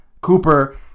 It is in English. Cooper